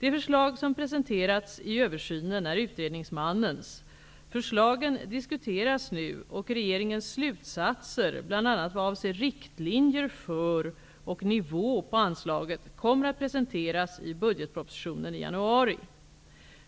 De förslag som presenterats i översynen är utredningsmannens. Förslagen diskuteras nu, och regeringens slutsatser bl.a. vad avser riktlinjer för och nivå på anslaget kommer att presenteras i budgetpropositionen i januari.